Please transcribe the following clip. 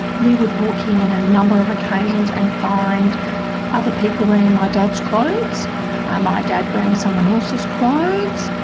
we would walk in on a number of occasions and find other people wearing my dad's clothes and ah my dad wearing someone else's clothes.